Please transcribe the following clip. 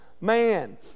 man